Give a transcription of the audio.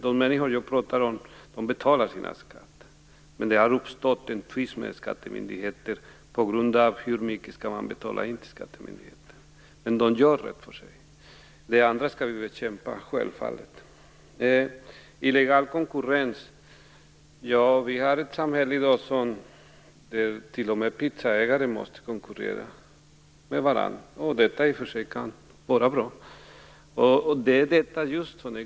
De människor som jag talar om betalar sina skatter, men det har uppstått en tvist med skattemyndigheterna i fråga om hur mycket pengar de skall betala in. Dessa människor gör rätt för sig. Det andra skall vi självfallet bekämpa. Thomas Östros talade om illojal konkurrens. Vi har ett samhälle i dag där t.o.m. pizzeriaägare måste konkurrera med varandra. Det kan i och för sig vara bra.